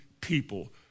people